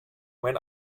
when